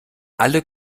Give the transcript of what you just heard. alle